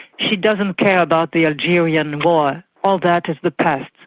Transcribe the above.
she doesn't care about the algerian war, all that is the past.